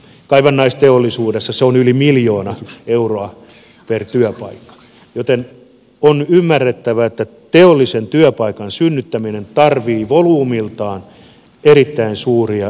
kaivannaisteollisuudessa se on yli miljoona euroa per työpaikka joten on ymmärrettävää että teollisen työpaikan synnyttäminen tarvitsee volyymiltaan erittäin suuria sijoituspääomia